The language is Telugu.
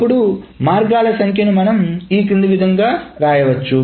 అప్పుడు మార్గాల సంఖ్యను మనం క్రింది విధంగా వ్రాయవచ్చు